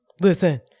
Listen